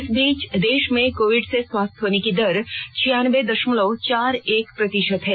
इस बीच देश में कोविड से स्वस्थ होने की दर छियानबे दशमलव चार एक प्रतिशत है